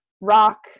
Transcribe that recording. Rock